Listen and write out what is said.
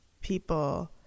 people